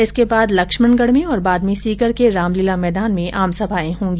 इसके बाद लक्ष्मणगढ़ में और बाद में सीकर के रामलीला मैदान में आमसभाएं होगी